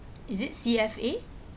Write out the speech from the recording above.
is it C_F_A